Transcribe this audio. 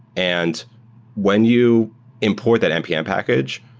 and when you import that npm package,